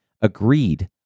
agreed